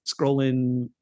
scrolling